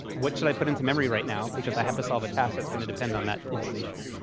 what should i put into memory right now, because i have to solve a task that's going to depend on that information.